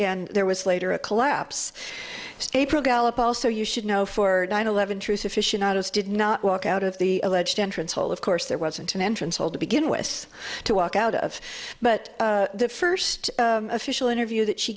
and there was later a collapse april gallop also you should know for nine eleven truth afficionados did not walk out of the alleged entrance hole of course there wasn't an entrance hole to begin with to walk out of but the first official interview that she